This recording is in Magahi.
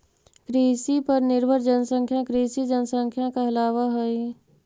कृषि पर निर्भर जनसंख्या कृषि जनसंख्या कहलावऽ हई